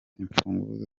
imfunguzo